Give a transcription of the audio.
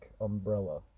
umbrella